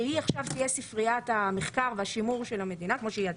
שעכשיו תהיה ספריית המחקר והשימור של המדינה,